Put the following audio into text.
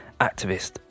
activist